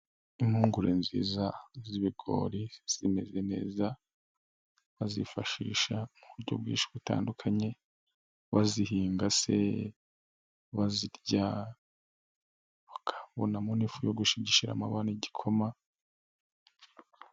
Impungure nziza, z'ibigori zimeze neza. Bazifashisha mu buryo bwinshi butandukanye, bazihinga se, bazirya, bakabonamo n'ifu yo gushigishiramo abana igikoma.